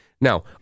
Now